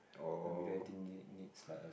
my video editing need needs like a